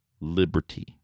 liberty